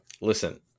Listen